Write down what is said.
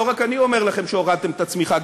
לא רק אני אומר לכם שהורדתם את הצמיחה,